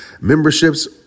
memberships